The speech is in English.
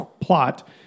plot